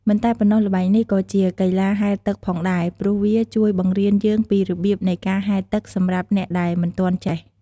មិនតែប៉ុណ្ណោះ ល្បែងនេះក៏ជាកីឡាហែលទឹកផងដែរ ព្រោះវាជួយបង្រៀនយើងពីរបៀបនៃការហែលទឹកសម្រាប់អ្នកដែលមិនទាន់ចេះ។